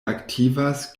aktivas